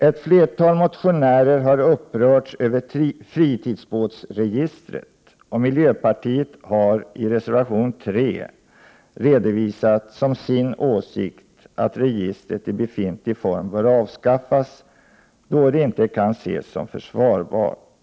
Ett flertal motionärer har upprörts över fritidsbåtsregistret, och miljöpartiet har i reservation 3 redovisat som sin åsikt att registret i befintlig form bör avskaffas, då det inte kan ses som försvarbart.